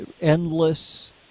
endless